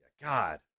God